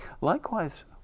Likewise